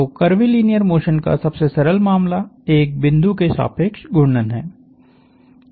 तो curvilinear motion का सबसे सरल मामला एक बिंदु के सापेक्ष घूर्णन है